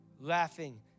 laughing